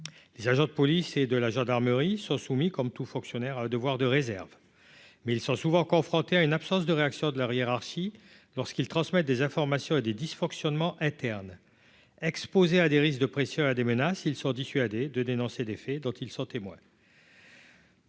les agents de police et de la gendarmerie sont soumis comme tout fonctionnaire, devoir de réserve, mais ils sont souvent confrontés à une absence de réactions de leur hiérarchie lorsqu'ils transmettent des informations et des dysfonctionnements internes, exposés à des risques de pressions et des menaces, ils sont dissuadés de dénoncer les faits dont ils sont témoins.